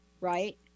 right